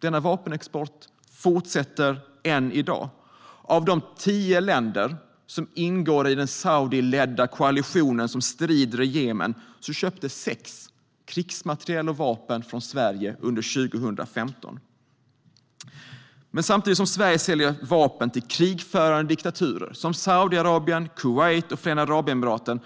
Denna vapenexport fortsätter än i dag. Av de tio länder som ingår i den saudiledda koalitionen som strider i Jemen köpte sex krigsmateriel och vapen från Sverige under 2015. Samtidigt som Sverige säljer vapen till krigförande diktaturer som Saudiarabien, Kuwait och Förenade Arabemiraten